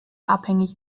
abhängig